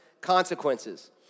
consequences